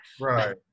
right